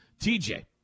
TJ